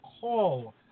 call